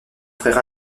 frère